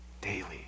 daily